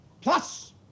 Plus